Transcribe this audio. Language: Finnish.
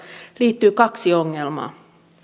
liittyy kaksi ongelmaa